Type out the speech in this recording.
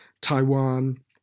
taiwan